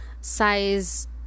size